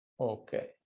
Okay